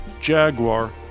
Jaguar